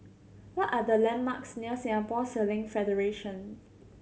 what are the landmarks near Singapore Sailing Federation